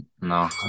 No